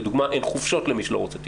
לדוגמה אין חופשות למי שלא רוצה טיפול.